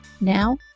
Now